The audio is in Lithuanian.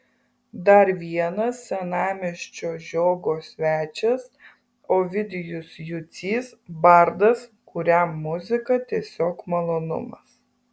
dar vienas senamiesčio žiogo svečias ovidijus jucys bardas kuriam muzika tiesiog malonumas